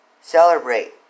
Celebrate